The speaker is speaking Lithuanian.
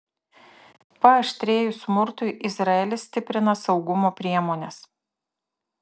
paaštrėjus smurtui izraelis stiprina saugumo priemones